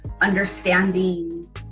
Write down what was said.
understanding